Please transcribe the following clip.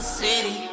city